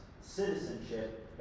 citizenship